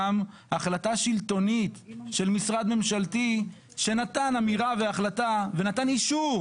גם החלטה שלטונית של משרד ממשלתי שנתן אמירה והחלטה ואישור